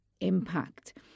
impact